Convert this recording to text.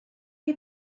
chi